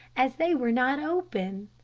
as they were not open.